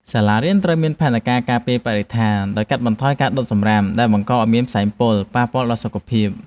សាលារៀនត្រូវមានផែនការការពារបរិស្ថានដោយកាត់បន្ថយការដុតសំរាមដែលបង្កឱ្យមានផ្សែងពុលប៉ះពាល់ដល់សុខភាព។